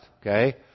Okay